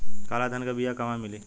काला धान क बिया कहवा मिली?